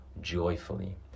joyfully